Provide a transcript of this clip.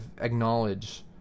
acknowledge